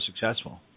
successful